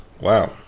wow